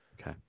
Okay